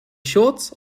shorts